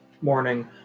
morning